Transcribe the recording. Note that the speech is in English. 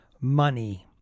money